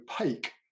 opaque